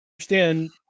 understand